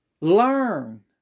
Learn